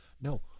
No